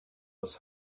was